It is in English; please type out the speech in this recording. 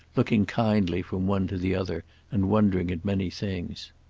looking kindly from one to the other and wondering at many things.